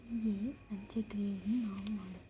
ಹೀಗೆ ಅಂತ್ಯಕ್ರಿಯೆಯನ್ನು ನಾವು ಮಾಡುತ್ತೇವೆ